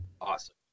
awesome